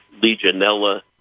Legionella